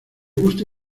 gusta